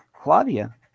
claudia